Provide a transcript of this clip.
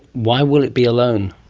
why will it be alone?